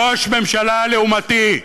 ראש הממשלה לעומתי,